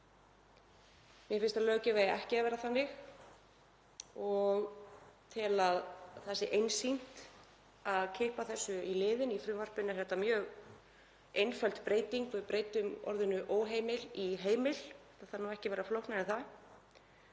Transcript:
Mér finnst að löggjöf eigi ekki að vera þannig og tel einsýnt að það eigi að kippa þessu í liðinn. Í frumvarpinu er þetta mjög einföld breyting. Við breytum orðinu „óheimil“ í „heimil“, það þarf ekki að vera flóknara en það.